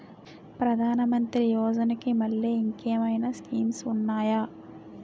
ప్రధాన మంత్రి యోజన కి మల్లె ఇంకేమైనా స్కీమ్స్ ఉన్నాయా?